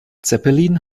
zeppelin